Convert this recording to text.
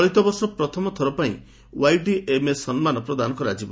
ଚଳିତ ବର୍ଷ ପ୍ରଥମ ଥର ପାଇଁ ଓ୍ୱାଇଡିଏମ୍ଏସ୍ ସମ୍ମାନ ପ୍ରଦାନ କରାଯିବ